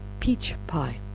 peach pie.